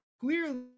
clearly